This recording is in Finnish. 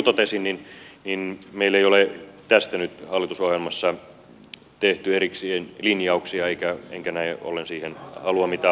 mutta niin kuin totesin meillä ei ole tästä nyt hallitusohjelmassa tehty erikseen linjauksia enkä näin ollen siihen halua mitään uutta luvata